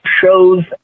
shows